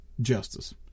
justice